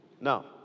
Now